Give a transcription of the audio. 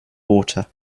water